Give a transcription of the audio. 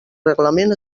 reglament